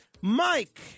Mike